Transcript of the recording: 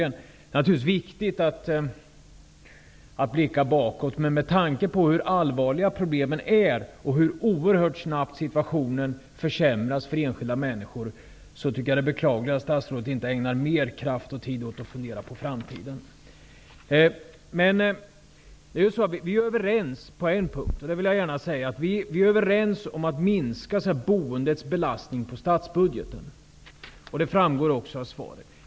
Det är naturligtvis viktigt att blicka bakåt, men med tanke på hur allvarliga problemen är och hur oerhört snabbt situationen försämras för enskilda människor är det beklagligt att statsrådet inte ägnar mer kraft och tid åt att fundera på framtiden. Vi är överens på en punkt och det vill jag gärna säga. Vi är överens om att minska boendets belastning på statsbudgeten. Det framgår också av svaret.